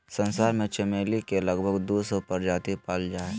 संसार में चमेली के लगभग दू सौ प्रजाति पाल जा हइ